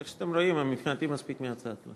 כפי שאתם רואים, מבחינתי מספיק מהצד.